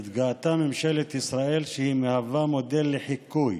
התגאתה ממשלת ישראל שהיא מהווה מודל לחיקוי